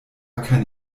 kein